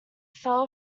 fell